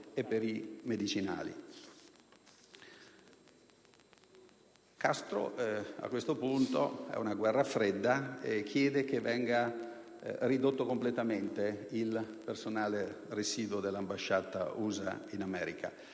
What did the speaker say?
e i medicinali. Castro - a questo punto, è una guerra fredda - chiede che venga ridotto completamente il personale residuo dell'ambasciata USA a L'Avana.